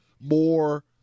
more